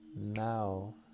now